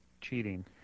cheating